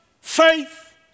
faith